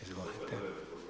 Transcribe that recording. Izvolite.